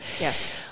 Yes